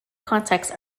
contexts